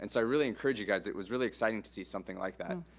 and i really encourage you guys. it was really exciting to see something like that.